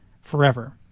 forever